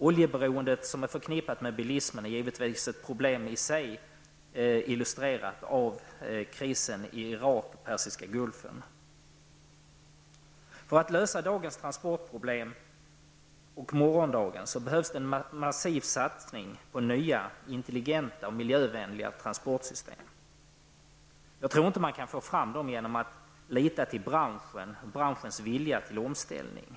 Oljeberoendet, som är förknippat med bilismen, är givetvis ett problem i sig. Det har illustrerats av krisen i Irak och Persiska Gulfen. För att lösa dagens och morgondagens transportproblem behövs en massiv satsning på nya, intelligenta och miljövänliga transportsystem. Jag tror inte att man kan få fram dessa genom att lita till branschens vilja till omställning.